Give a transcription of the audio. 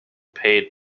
paid